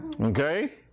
Okay